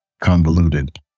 convoluted